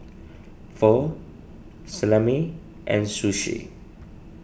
Pho Salami and Sushi